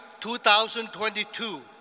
2022